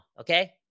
okay